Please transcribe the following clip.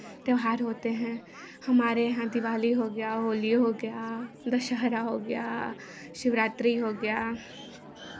त्योहार होते हैं हमारे यहाँ दिवाली हो गया होली हो गया दशहरा हो गया शिवरात्रि हो गया